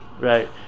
Right